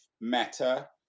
meta